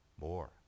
more